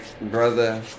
brother